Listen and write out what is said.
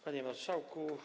Panie Marszałku!